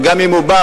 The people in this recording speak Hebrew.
וגם אם הוא בא